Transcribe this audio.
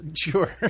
Sure